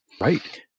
Right